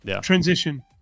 transition